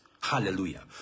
Hallelujah